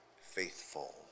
faithful